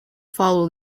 follow